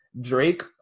Drake